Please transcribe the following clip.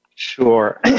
Sure